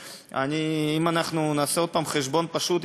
ואם אנחנו נעשה עוד פעם חשבון פשוט,